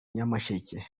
nyamasheke